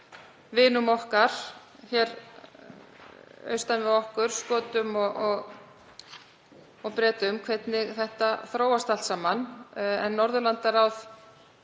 vinum okkar hér austan við okkur, Skotum og Bretum, og hvernig þetta þróast allt saman. Norðurlandaráð